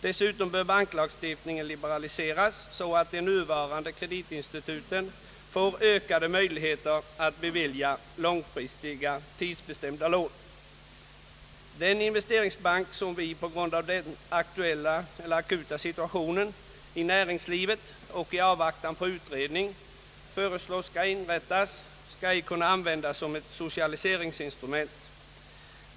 Dessutom bör banklagstiftningen liberaliseras, så att de nuvarande kreditinstituten får ökade möjligheter att bevilja långfristiga tidsbestämda lån. Den investeringsbank som vi, på grund av den akuta situationen inom näringslivet och i avvaktan på utredning, föreslår inrättad skall inte kunna användas som ett socialiseringsinstrument.